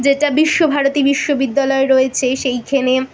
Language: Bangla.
যেটা বিশ্বভারতী বিশ্ববিদ্যালয় রয়েছে সেইখানে